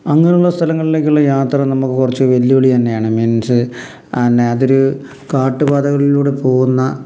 അങ്ങനെയുള്ള സ്ഥലങ്ങളിലേക്കുള്ള യാത്ര നമുക്ക് കുറച്ച് വെല്ലുവിളി തന്നെയാണ് മീൻസ് പിന്നെ അതൊരു കാട്ടുപാതകളിലൂടെ പോകുന്ന